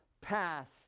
path